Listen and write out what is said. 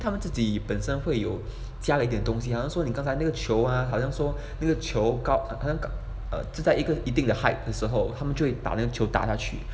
他们自己本身会有加了一点东西好像说你刚才那个球啊好像说那个球高好像可能是在一定的 height 的时候他们就会打打下去